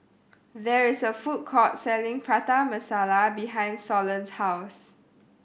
there is a food court selling Prata Masala behind Solon's house